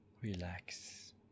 Relax